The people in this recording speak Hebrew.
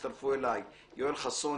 שהצטרפו אליי: יואל חסון,